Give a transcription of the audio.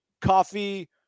Coffee